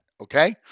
Okay